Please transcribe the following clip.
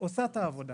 עושה את העבודה.